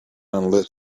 unless